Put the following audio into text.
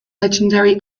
legendary